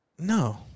No